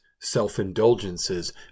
self-indulgences